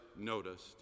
noticed